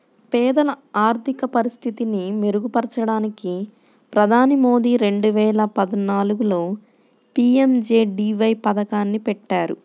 పేదల ఆర్థిక పరిస్థితిని మెరుగుపరచడానికి ప్రధాని మోదీ రెండు వేల పద్నాలుగులో పీ.ఎం.జే.డీ.వై పథకాన్ని పెట్టారు